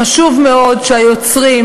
חשוב מאוד שהיוצרים,